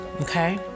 okay